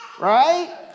Right